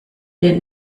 der